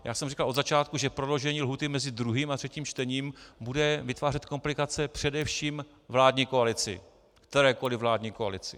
Já jsem říkal od začátku, že prodloužení lhůty mezi druhým a třetím čtením bude vytvářet komplikace především vládní koalici, kterékoliv vládní koalici.